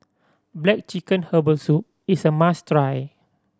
black chicken herbal soup is a must try